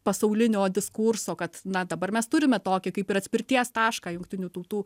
pasaulinio diskurso kad na dabar mes turime tokį kaip ir atspirties tašką jungtinių tautų